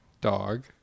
Dog